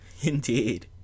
Indeed